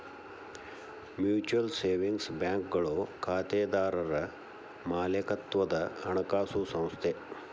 mutual savings ಬ್ಯಾಂಕ್ಗಳು ಖಾತೆದಾರರ್ ಮಾಲೇಕತ್ವದ ಹಣಕಾಸು ಸಂಸ್ಥೆ